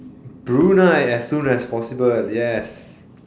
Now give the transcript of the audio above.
Brunei as soon as possible yes